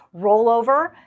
rollover